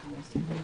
כרגע,